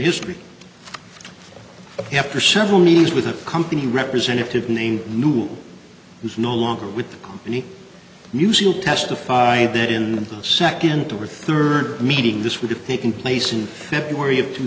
history after several meetings with a company representative named newell who is no longer with the company musial testified that in the second and to our third meeting this would have taken place in february of two